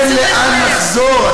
אין לאן לחזור.